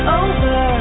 over